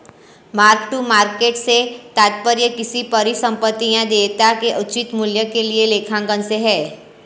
mark to market से तात्पर्य किसी परिसंपत्ति या देयता के उचित मूल्य के लिए लेखांकन से है